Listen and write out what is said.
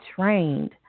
trained